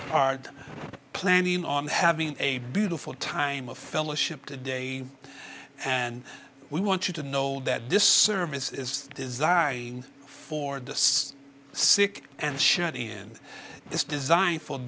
are planning on having a beautiful time of fellowship to day and we want you to know that this service is the desire for the sick and shut in this design for